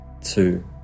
two